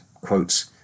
Quotes